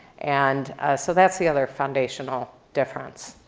and so that's the other foundational difference.